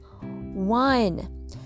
one